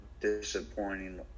disappointing